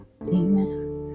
amen